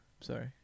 Sorry